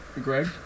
Greg